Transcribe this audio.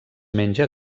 menja